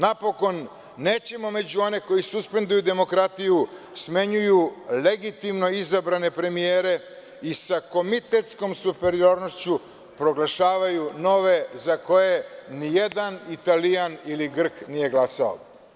Napokon, nećemo među one koji suspenduju demokratiju, smenjuju legitimno izabrane premijere i sa komitetskom superiornošću proglašavaju nove za koje ni jedan Italijan ili Grk nije glasao.